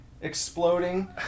exploding